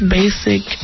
basic